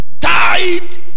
tied